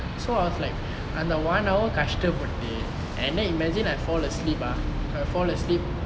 so I was like அந்த:antha one hour கஷ்ட பட்டு:kashta pattu and then imagine I fall asleep ah if I fall asleep